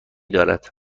دارد